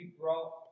brought